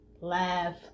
laugh